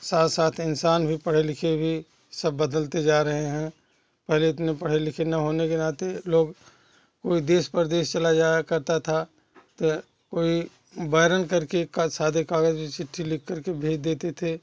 साथ साथ इंसान भी पढ़े लिखे भी सब बदलते जा रहे हैं पहले तो इतने पढ़े लिखे ना होने के नाते लोग पूरे देश प्रदेश चला जाया करता था तो कोई बारन करके का सादे कागज पे चिट्ठी लिखकर के भेज देते थे